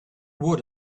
would